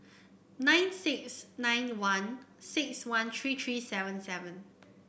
nine six nine one six one three three seven seven